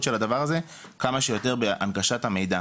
של הדבר הזה כמה שיותר בהנגשת המידע.